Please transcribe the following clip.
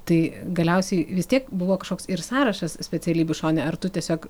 tai galiausiai vis tiek buvo kažkoks ir sąrašas specialybių šone ar tu tiesiog